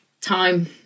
time